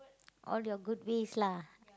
all your good ways lah